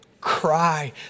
cry